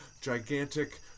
gigantic